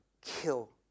kill